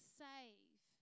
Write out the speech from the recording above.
save